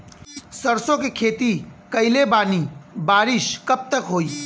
सरसों के खेती कईले बानी बारिश कब तक होई?